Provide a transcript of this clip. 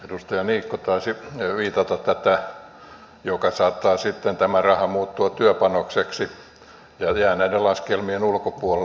edustaja niikko taisi viitata tähän että sitten tämä raha saattaa muuttua työpanokseksi ja jää näiden laskelmien ulkopuolelle